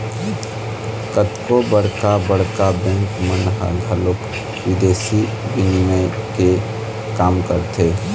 कतको बड़का बड़का बेंक मन ह घलोक बिदेसी बिनिमय के काम करथे